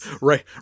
right